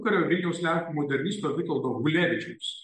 pokario vilniaus lenkų modernisto vitoldo gulevičiaus